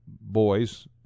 boys